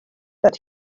that